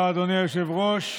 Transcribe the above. חוק הדיינים הוא חוק החרם,